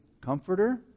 Comforter